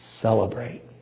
celebrate